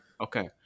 Okay